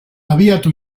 abiatu